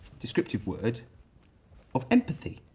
descriptive word of empathy.